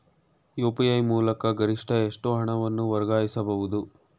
UPI ಮೂಲಕ ಗರಿಷ್ಠ ಎಷ್ಟು ಹಣವನ್ನು ವರ್ಗಾಯಿಸಬಹುದು?